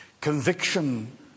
Conviction